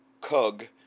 kug